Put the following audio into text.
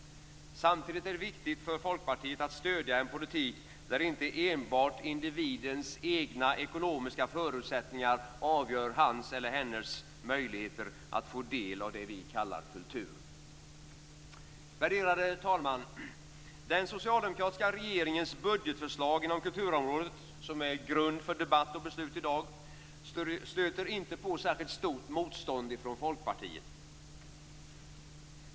Samtidigt är det viktigt för Folkpartiet att stödja en politik där inte enbart individens egna ekonomiska förutsättningar avgör hans eller hennes möjligheter att få del av det vi kallar kultur. Värderade talman! Den socialdemokratiska regeringens budgetförslag inom kulturområdet - som är grund för debatt och beslut i dag - stöter inte på särskilt stort motstånd från Folkpartiet.